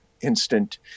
instant